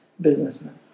businessman